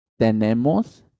Tenemos